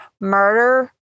Murder